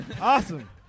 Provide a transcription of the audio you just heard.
Awesome